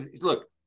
look